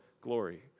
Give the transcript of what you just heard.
glory